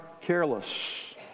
careless